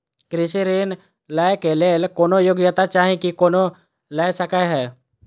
कृषि ऋण लय केँ लेल कोनों योग्यता चाहि की कोनो लय सकै है?